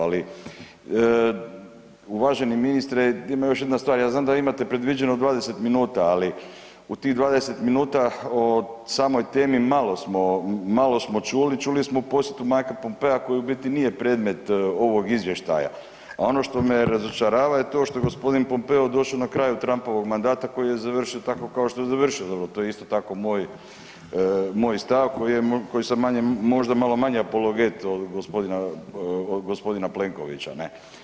Ali uvaženi ministre ima još jedna stvar, ja znam da vi imate predviđeno 20 minuta ali u tih 20 minuta o samoj temi malo smo, malo smo čuli, čuli smo o posjetu Majka Pompea koji u biti nije predmet ovog izvještaja, a ono što me razočarava je to što je gospodin Pompeo došao na kraju Trumpovog mandata koji je završio tako kao što je završio, dobro to je isto tako moj stav koji je, koji sam možda malo manje apologet od gospodina Plenkovića, ne.